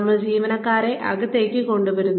നമ്മൾ ജീവനക്കാരെ അകത്തേക്ക് കൊണ്ടുവരുന്നു